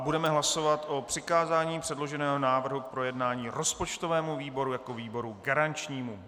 Budeme hlasovat o přikázání předloženého návrhu k projednání rozpočtovému výboru jako výboru garančnímu.